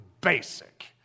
basic